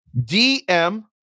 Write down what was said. DM